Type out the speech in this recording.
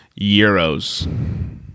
euros